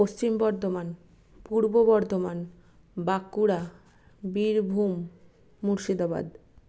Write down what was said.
পশ্চিম বর্ধমান পূর্ব বর্ধমান বাঁকুড়া বীরভূম মুর্শিদাবাদ